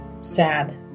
sad